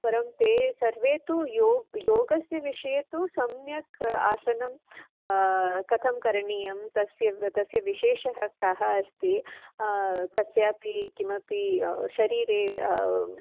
परं ते सर्वे तु योग् योगस्य विषये तु सम्यक् आसनं कथं करणीयं तस्य तस्य विशेषः कः अस्ति कस्यापि किमपि शरीरे